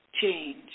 change